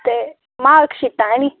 ते मार्कशीटां ऐनी